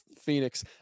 Phoenix